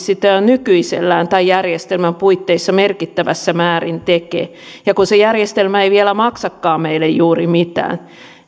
sitä jo nykyisellään tämän järjestelmän puitteissa merkittävässä määrin tekevät ja kun se järjestelmä ei vielä maksakaan meille juuri mitään